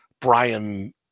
Brian